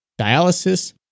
dialysis